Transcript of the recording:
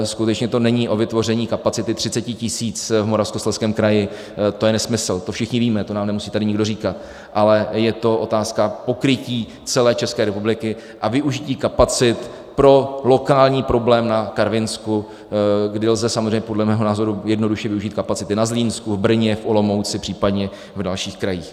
Skutečně to není o vytvoření kapacity 30 tisíc v Moravskoslezském kraji, to je nesmysl, to všichni víme, to nám nemusí tady nikdo říkat, ale je to otázka pokrytí celé České republiky a využití kapacit pro lokální problém na Karvinsku, kdy lze samozřejmě podle mého názoru jednoduše využít kapacity na Zlínsku, Brně, Olomouci případně v dalších krajích.